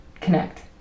connect